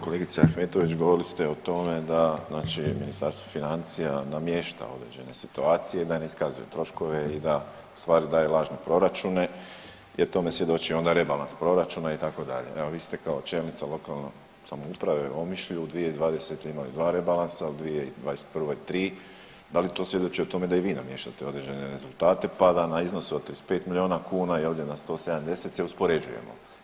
Kolegice Ahmetović govorili ste o tome da znači Ministarstvo financija namješta određene situacije i da ne iskazuje troškove i da ustvari daje lažne proračune jer tome svjedoči onda rebalans proračuna itd. evo vi ste kao čelnica lokalne samouprave u Omišlju u 2020. imali dva rebalansa u 2021. tri, da li to svjedoči o tome da i vi namještate određene rezultate pa da na iznosu od 35 milijuna kuna i ovdje na 170 se uspoređujemo?